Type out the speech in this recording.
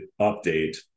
update